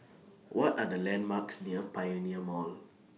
What Are The landmarks near Pioneer Mall